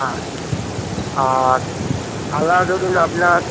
আর আর আলাদা ধরুন আপনার